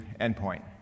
endpoint